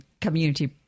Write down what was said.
community